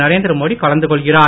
நரேந்திர மோடி கலந்து கொள்கிறார்